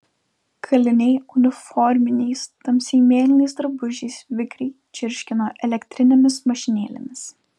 kaliniai uniforminiais tamsiai mėlynais drabužiais vikriai čirškino elektrinėmis mašinėlėmis